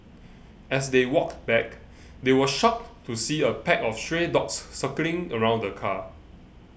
as they walked back they were shocked to see a pack of stray dogs circling around the car